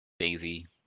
Daisy